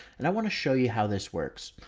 and i want to show you how this works.